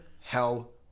hell